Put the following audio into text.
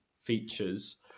features